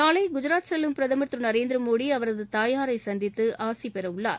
நாளை குஜராத் செல்லும் பிரதம் திரு நரேந்திரமோடி அவரது தயாாரை சந்தித்து ஆசிபெறவுள்ளார்